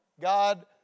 God